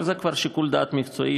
אבל זה כבר שיקול דעת מקצועי,